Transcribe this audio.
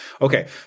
okay